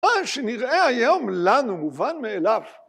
מה שנראה היום לנו מובן מאליו